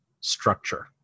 structure